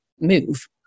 move